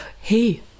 Hey